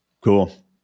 cool